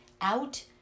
out